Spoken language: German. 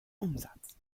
umsatz